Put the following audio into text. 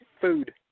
Food